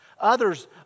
Others